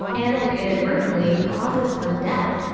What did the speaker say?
and inadvertently causes her death.